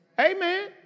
Amen